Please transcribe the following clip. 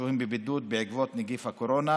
השוהים בבידוד בעקבות נגיף הקורונה.